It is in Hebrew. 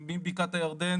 מבקעת הירדן